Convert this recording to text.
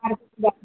ଆଚ୍ଛା